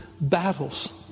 battles